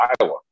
Iowa